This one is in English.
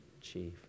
chief